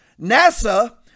NASA